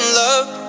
love